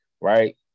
right